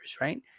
right